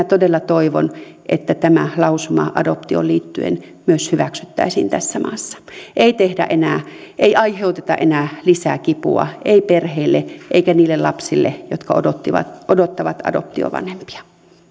todella toivon että tämä lausuma adoptioon liittyen myös hyväksyttäisiin tässä maassa ei aiheuteta enää lisää kipua ei perheille eikä niille lapsille jotka odottavat odottavat adoptiovanhempia